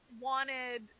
wanted